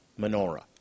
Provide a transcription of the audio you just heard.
menorah